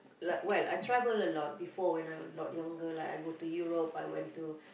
like well I travel a lot before when I were a lot younger like I go to Europe I went to